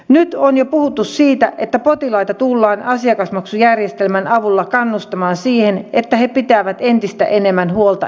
nyt on jo puhuttu siitä että potilaita tullaan asiakasmaksujärjestelmän avulla kannustamaan siihen että he pitävät entistä enemmän huolta itsestään